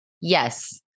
Yes